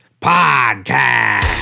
Podcast